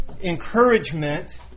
encouragement